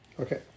Okay